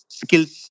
skills